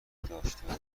داشته